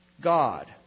God